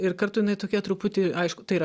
ir kartu jinai tokia truputį aišku tai aš